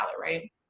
right